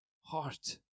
heart